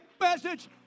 message